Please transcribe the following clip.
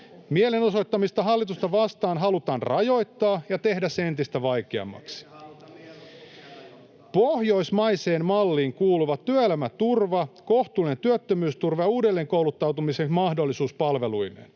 Mielenosoittamista hallitusta vastaan halutaan rajoittaa ja tehdä se entistä vaikeammaksi. [Ben Zyskowicz: Eikä haluta mielenosoituksia rajoittaa!] Pohjoismaiseen malliin kuuluvat työelämän turva, kohtuullinen työttömyysturva ja uudelleenkouluttautumisen mahdollisuus palveluineen.